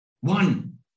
One